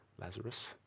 Lazarus